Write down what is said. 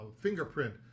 fingerprint